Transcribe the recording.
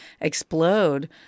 explode